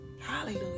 Hallelujah